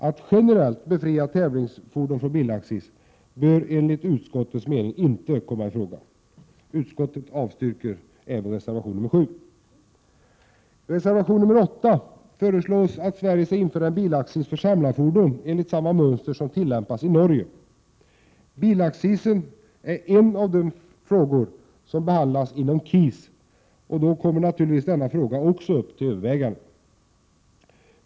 Att generellt befria tävlingsfordon från bilaccis bör enligt utskottets mening inte komma i fråga. I reservation nr 8 föreslås att Sverige skall införa en bilaccis för samlarfordon enligt samma mönster som tillämpas i Norge. Bilaccisen är en av de frågor som skall behandlas inom KIS, och då kommer naturligtvis denna fråga också upp till överväganden.